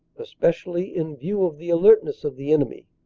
especially in view of the alertness of the enemy.